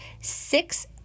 six